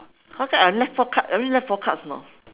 how come I only left four card I only left four cards you know